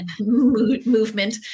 movement